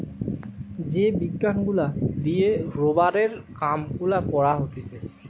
যে বিজ্ঞান গুলা দিয়ে রোবারের কাম গুলা করা হতিছে